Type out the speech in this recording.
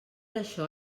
això